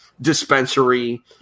dispensary